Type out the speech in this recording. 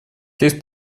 текст